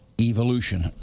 Evolution